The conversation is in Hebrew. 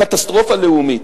קטסטרופה לאומית.